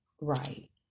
right